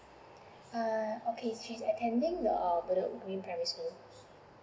uh okay she is attending the bedok green primary school